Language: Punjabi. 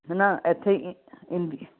ਹੈ ਨਾ ਇੱਥੇ ਇੰ ਇੰਡੀ